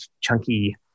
chunky